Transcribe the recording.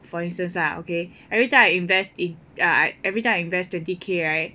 for instance lah okay everytime I invest in everytime I invest twenty K right